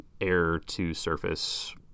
air-to-surface